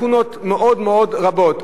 לקונות מאוד רבות,